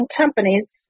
companies